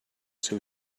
seu